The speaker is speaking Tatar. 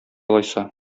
алайса